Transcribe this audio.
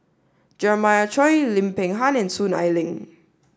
Jeremiah Choy Lim Peng Han and Soon Ai Ling